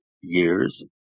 years